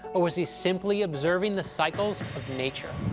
or was he simply observing the cycles of nature?